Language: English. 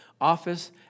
office